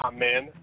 Amen